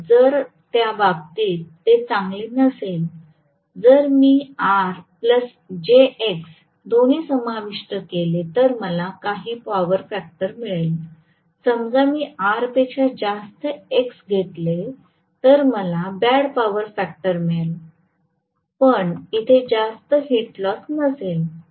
तर जर त्या बाबतीत ते चांगले नसेल जर मी R आणि jX दोन्ही समाविष्ट केले तर मला काही पॉवर फॅक्टर मिळेल समजा मी R पेक्षा जास्त X घेतले तर मला बॅड पॉवर फॅक्टर मिळेल पण तिथे जास्त हिट लॉस नसेल